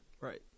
Right